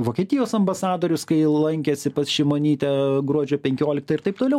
vokietijos ambasadorius kai lankėsi pas šimonytę gruodžio penkioliktą ir taip toliau